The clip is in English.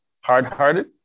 Hard-hearted